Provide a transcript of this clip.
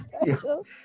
special